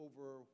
over